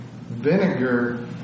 vinegar